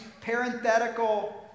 parenthetical